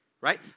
right